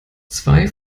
zwei